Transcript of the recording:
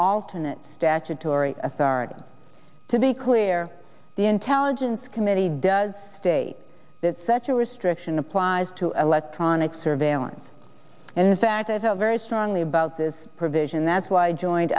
alternate statutory authority to be clear the intelligence committee does state that such a restriction applies to electronic surveillance in fact i feel very strongly about this provision that's why i joined